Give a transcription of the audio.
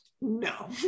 No